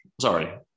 Sorry